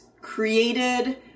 created